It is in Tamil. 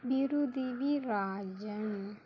பிருதிவிராஜன்